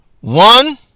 One